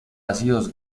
ácidos